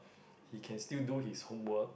he can still do his homework